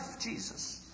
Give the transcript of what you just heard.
Jesus